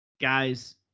Guys